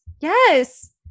Yes